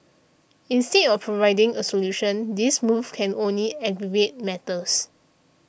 instead of providing a solution this move can only aggravate matters